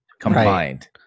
Combined